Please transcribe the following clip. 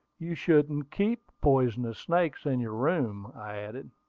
you shouldn't keep poisonous snakes in your room, i added.